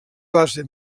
base